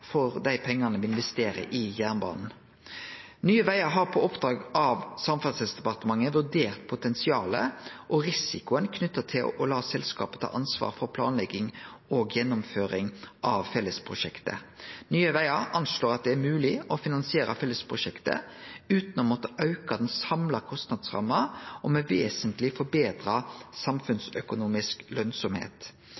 for dei pengane me investerer i jernbanen. Nye Vegar har på oppdrag av Samferdselsdepartementet vurdert potensialet og risikoen knytt til å la selskapet ta ansvar for planlegging og gjennomføring av fellesprosjektet. Nye Vegar anslår at det er mogleg å finansiere fellesprosjektet utan å måtte auke den samla kostnadsramma og med vesentleg forbetra